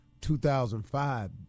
2005